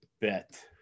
bet